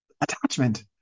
Attachment